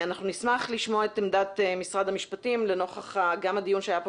אנחנו נשמח לשמוע את עמדת משרד המשפטים לנוכח גם הדיון שהיה פה